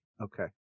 Okay